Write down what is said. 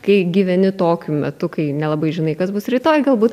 kai gyveni tokiu metu kai nelabai žinai kas bus rytoj galbūt